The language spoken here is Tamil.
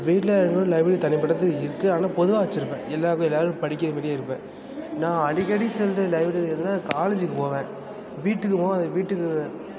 வீட்ல இருக்கவங்களுக்கு லைப்ரரி தனிப்பட்டது இருக்கு ஆனால் பொதுவாக வச்சிருப்பேன் எல்லாருமே எல்லாருமே படிக்கிற மாரியே இருக்கும் நான் அடிக்கடி செல்கிற லைப்ரரி எதுன்னால் காலேஜிக்கு போவேன் வீட்டுக்கு போவேன் வீட்டுக்கு